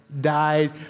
died